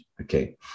okay